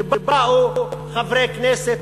ובאו חברי כנסת,